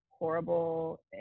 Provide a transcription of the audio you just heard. horrible